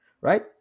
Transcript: Right